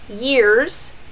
years